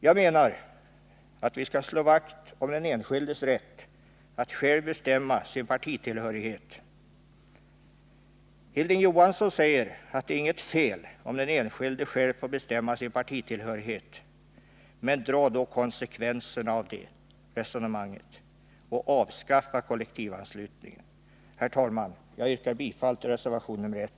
Jag menar att vi skall slå vakt om den enskildes rätt att själv bestämma sin partitillhörighet. Hilding Johansson säger att det inte är något fel, om den enskilde själv får bestämma sin partitillhörighet. Men dra då konsekvensen av det resonemanget och avskaffa kollektivanslutningen! Herr talman! Jag yrkar bifall till reservationen 1.